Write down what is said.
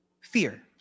Fear